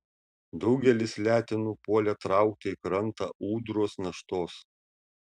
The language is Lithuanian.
daugelis letenų puolė traukti į krantą ūdros naštos